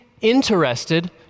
interested